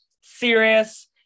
serious